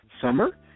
Summer